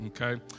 okay